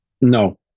No